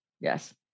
Yes